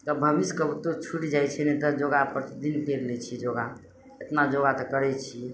तब भरिसके ओते छुटि जाइ छै नहि तऽ योगा प्रति दिन करि लै छियै योगा इतना योगा तऽ करय छियै